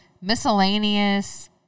miscellaneous